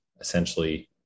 essentially